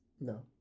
No